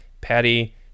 Patty